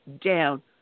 down